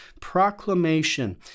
proclamation